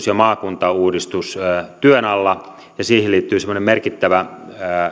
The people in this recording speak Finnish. ja maakuntauudistus työn alla ja siihen liittyy semmoinen merkittävä